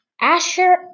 Asher